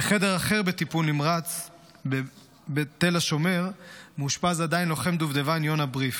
בחדר אחר בטיפול נמרץ בתל השומר מאושפז עדיין לוחם דובדבן יונה בריף.